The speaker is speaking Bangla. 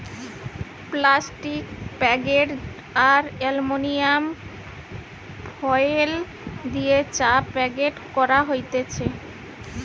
প্লাস্টিক প্যাকেট আর এলুমিনিয়াম ফয়েল দিয়ে চা প্যাক করা যাতেছে